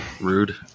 rude